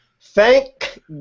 Thank